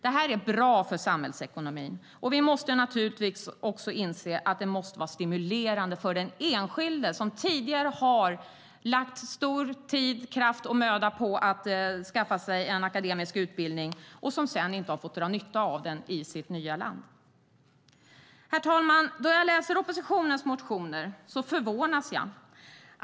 Detta är bra för samhällsekonomin, och vi måste naturligtvis inse att detta är stimulerande för den enskilde som tidigare har lagt ned tid, kraft och möda på att skaffa sig en akademisk utbildning och sedan inte har fått dra nytta av den i sitt nya land. Herr talman! När jag läser oppositionens motioner förvånas jag.